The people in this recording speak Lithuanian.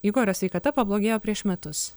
igorio sveikata pablogėjo prieš metus